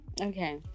Okay